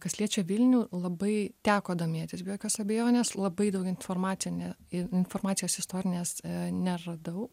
kas liečia vilnių labai teko domėtis be jokios abejonės labai daug informacine i informacijos istorinės neradau